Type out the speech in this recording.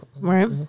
Right